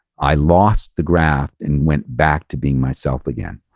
i lost the graft and went back to being myself again.